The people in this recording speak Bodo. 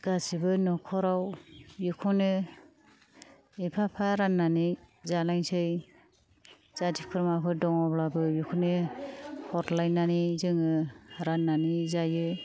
गासैबो न'खराव बेखौनो एफा एफा राननानै जालायसै जाथि खुरमाफोर दङब्लाबो बेखौनो हरलायनानै जोङो राननानै जायो